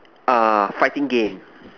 uh fighting game